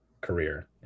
career